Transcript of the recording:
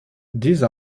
these